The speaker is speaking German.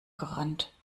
gerannt